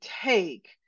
take